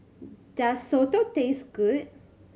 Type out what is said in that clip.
does soto taste good